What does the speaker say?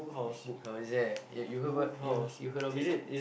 book I was there ya you heard about you you heard of it